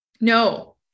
No